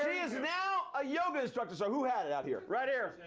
is now a yoga instructor. so who had it out here? right here.